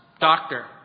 doctor